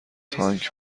تانک